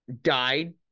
died